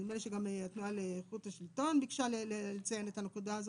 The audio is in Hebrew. נדמה לי שגם התנועה לאיכות השלטון ביקשה לציין את הנקודה הזאת.